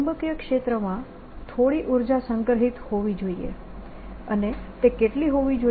ચુંબકીય ક્ષેત્રમાં થોડી ઉર્જા સંગ્રહિત હોવી જોઈએ અને તે કેટલી હોવી જોઈએ